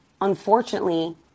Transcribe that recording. unfortunately